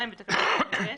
בתקנת משנה (ב),